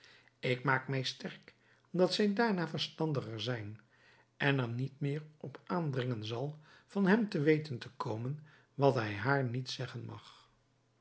ik maak mij sterk dat zij daarna verstandiger zijn en er niet meer op aandringen zal van hem te weten te komen wat hij haar niet zeggen mag